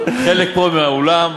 חלק פה באולם,